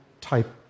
type